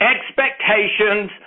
Expectations